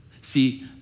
See